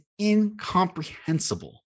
incomprehensible